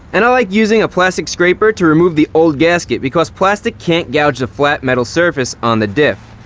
and i like using a plastic scraper to remove the old gasket because plastic can't gouge the flat metal surface on the diff.